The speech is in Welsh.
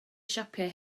siapau